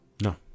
No